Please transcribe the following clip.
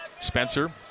Spencer